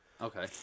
Okay